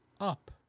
up